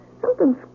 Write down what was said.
Something's